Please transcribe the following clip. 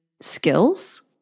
skills